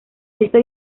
esto